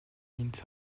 means